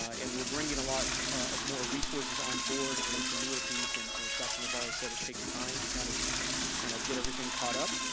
ah and we're bringing a lot more resources on board and it's a newer piece and as dr. navarro said, it takes time to kind of kind of get everything caught up.